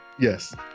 Yes